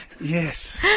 Yes